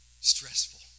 Stressful